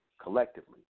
collectively